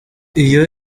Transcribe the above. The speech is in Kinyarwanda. iyo